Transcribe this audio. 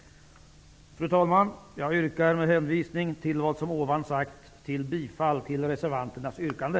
Fru talman! Jag yrkar, med hänvisning till vad som sagts, bifall till reservanternas yrkande.